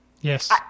Yes